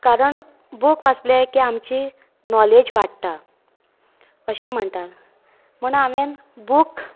कारण बूक वाचले की आमची नॉलेज वाडटा अशें म्हणटात म्हण हांवेन बूक